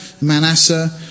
Manasseh